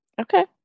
okay